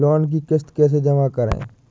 Loan की किश्त कैसे जमा करें?